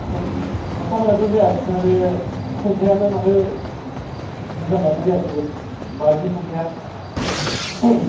बे खामानियाथ' जायासैना बे खुन्थायानो माथो मोजाङानो जायासै बारिनि खुन्थाया